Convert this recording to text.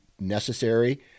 necessary